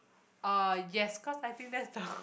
uh yes cause I think that's the